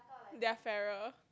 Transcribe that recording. they are fairer